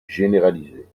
généralisées